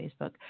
Facebook